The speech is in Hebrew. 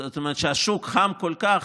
זאת אומרת שהשוק חם כל כך,